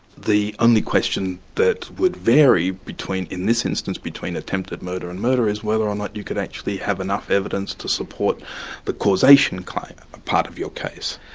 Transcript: the only question that would vary in this instance between attempted murder and murder is whether or not you could actually have enough evidence to support the causation kind of part of your case.